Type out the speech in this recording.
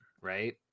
right